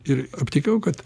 ir aptikau kad